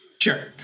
Sure